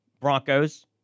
Broncos